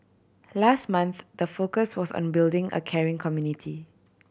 last month the focus was on building a caring community